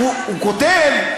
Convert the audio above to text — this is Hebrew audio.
הוא כותב,